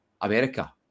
America